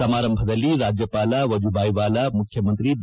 ಸಮಾರಂಭದಲ್ಲಿ ರಾಜ್ಯಪಾಲ ವಜುಭಾಯಿ ವಾಲಾ ಮುಖ್ಯಮಂತ್ರಿ ಬಿ